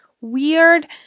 weird